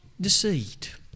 Deceit